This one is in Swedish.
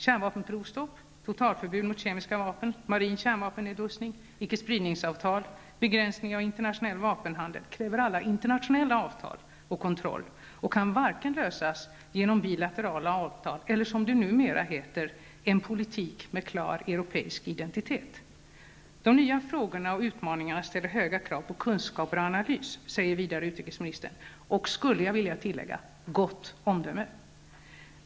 Kärnvapenprovstopp, totalförbud mot kemiska vapen, marin kärnvapennedrustning, ickespridningsavtal, begränsning av internationell vapenhandel kräver alla internationella avtal och internationell kontroll och kan varken lösas genom bilaterala avtal eller, som det numera heter, genom ''en politik med klar europeisk identitet''. De nya frågorna och utmaningarna ställer höga krav på kunskaper och analys, säger vidare utrikesministern. Och, skulle jag vilja tillägga, gott omdöme.